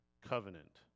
covenant